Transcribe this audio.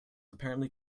apparently